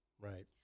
Right